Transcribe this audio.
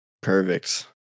Perfect